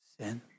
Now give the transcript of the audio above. sin